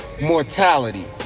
mortality